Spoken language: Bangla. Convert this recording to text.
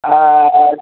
আর